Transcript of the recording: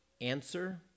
Answer